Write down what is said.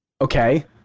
okay